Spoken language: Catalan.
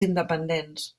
independents